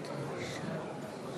הצעת חוק